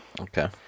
Okay